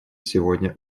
сегодня